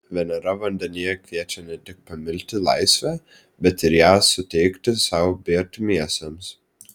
venera vandenyje kviečia ne tik pamilti laisvę bet ir ją suteikti sau bei artimiesiems